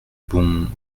bon